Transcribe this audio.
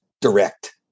direct